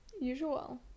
Usual